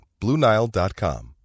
BlueNile.com